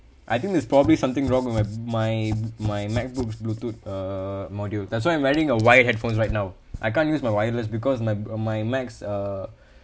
I think there's probably something wrong with my my my macbook's bluetooth uh module that's why I'm wearing a wired headphones right now I can't use my wireless because my uh my mac's uh